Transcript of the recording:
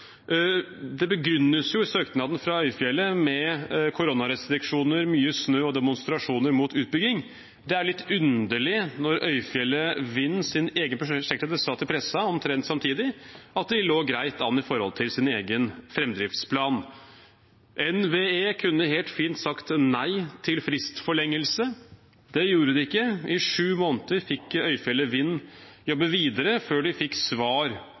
demonstrasjoner mot utbygging. Det er litt underlig når Øyfjellet Winds egen prosjektleder omtrent samtidig sa til pressen at de lå greit an med tanke på sin egen framdriftsplan. NVE kunne helt fint sagt nei til fristforlengelse. Det gjorde de ikke. I sju måneder fikk Øyfjellet Wind jobbe videre før de fikk svar